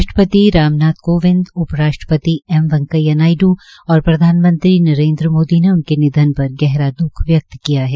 राष्ट्रपति राम नाथ कोविंद उप राष्ट्रपति एम वैंकेया नायड् और प्रधानमंत्री नरेन्द्र मोदी ने उनके निधन पर गहरा द्ख व्यक्त किया है